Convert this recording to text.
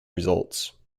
results